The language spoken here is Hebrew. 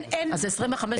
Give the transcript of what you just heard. אז זה 25 כפול 14 ימים.